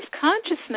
consciousness